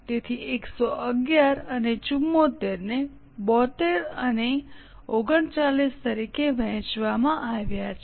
તેથી 111 અને 74 ને 72 અને 39 તરીકે વહેંચવામાં આવ્યા છે